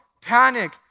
panic